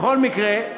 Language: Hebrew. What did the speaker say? בכל מקרה,